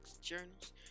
journals